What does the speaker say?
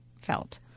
felt